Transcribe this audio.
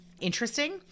Interesting